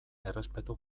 errespetu